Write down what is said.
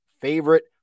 favorite